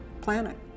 planet